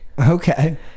Okay